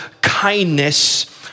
kindness